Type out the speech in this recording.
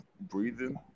breathing